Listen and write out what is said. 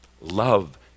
Love